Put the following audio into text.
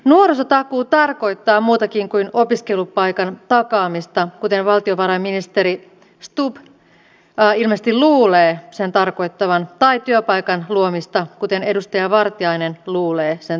nuorisotakuu tarkoittaa muutakin kuin opiskelupaikan takaamista kuten valtiovarainministeri stubb ilmeisesti luulee sen tarkoittavan tai työpaikan luomista kuten edustaja vartiainen luulee sen tarkoittavan